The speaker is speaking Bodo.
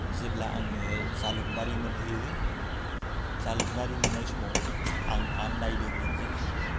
जेब्ला आङो जालुखबारि मोनहैयो जालुखबारि मोननाय समाव आं आन्दायदोंमोन जे